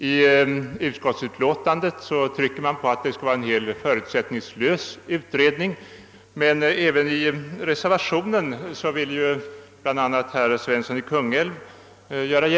I — utskottsmajoritetens skrivning trycks på att det skall vara en helt förutsättningslös utredning, men även i reservationen har man ju — det gjorde bl.a. herr Svensson i Kungälv gällande — uttalat sig mycket försiktigt.